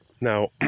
Now